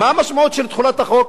רבותי, מה משמעות תחולת החוק?